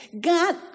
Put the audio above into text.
God